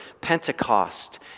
Pentecost